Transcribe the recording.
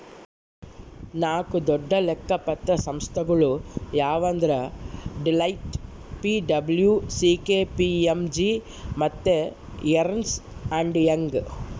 ನಾಕು ದೊಡ್ಡ ಲೆಕ್ಕ ಪತ್ರ ಸಂಸ್ಥೆಗುಳು ಯಾವಂದ್ರ ಡೆಲೋಯ್ಟ್, ಪಿ.ಡಬ್ಲೂ.ಸಿ.ಕೆ.ಪಿ.ಎಮ್.ಜಿ ಮತ್ತೆ ಎರ್ನ್ಸ್ ಅಂಡ್ ಯಂಗ್